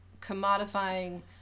commodifying